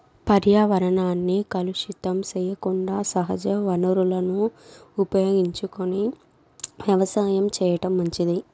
పర్యావరణాన్ని కలుషితం సెయ్యకుండా సహజ వనరులను ఉపయోగించుకొని వ్యవసాయం చేయటం మంచిది